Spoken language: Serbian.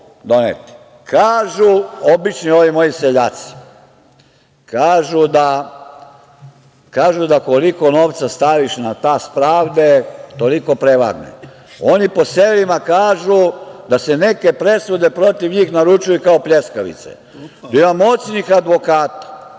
doneti. Kažu, obični ovi moji seljaci, kažu da koliko novca staviš na tas pravde, toliko prevagne. Oni po selima kažu da se neke presude protiv njih naručuju kao pljeskavice. Ima moćnih advokata